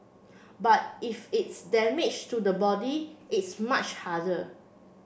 but if it's damage to the body it's much harder